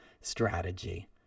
strategy